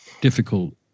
difficult